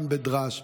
גם בדרש,